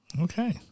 Okay